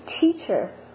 teacher